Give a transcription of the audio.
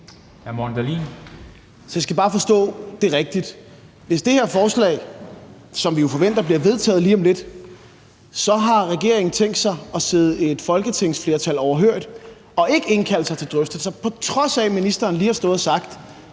Morten Dahlin (V): Jeg skal bare forstå det rigtigt. Hvis det her forslag, som vi jo forventer bliver vedtaget lige om lidt, har regeringen så tænkt sig at sidde et folketingsflertal overhørig og ikke indkalde til drøftelser, på trods af at ministeren lige har stået og sagt,